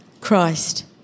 Christ